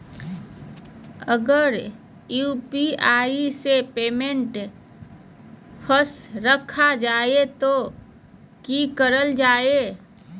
अगर यू.पी.आई से पेमेंट फस रखा जाए तो की करल जाए?